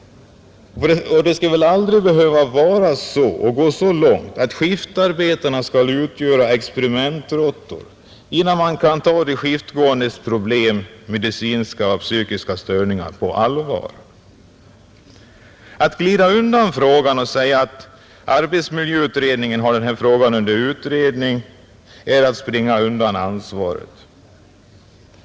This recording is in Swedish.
Skall det behöva gå så långt att skiftarbetarna skall utgöra experimentråttor innan man kan ta de skiftgåendes problem — medicinska och psykiska störningar — på allvar? Att glida undan frågan och säga att arbetsmiljöutredningen har frågan under utredning är att springa undan ansvaret.